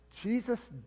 Jesus